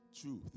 truth